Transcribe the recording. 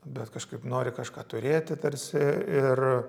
bet kažkaip nori kažką turėti tarsi ir